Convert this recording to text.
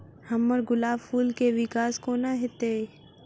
हम्मर गुलाब फूल केँ विकास कोना हेतै?